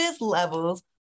levels